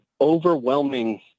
overwhelming